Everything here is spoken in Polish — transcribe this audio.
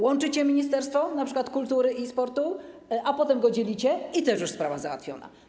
Łączycie ministerstwo, np. kultury i sportu, a potem je dzielicie i też już sprawa załatwiona.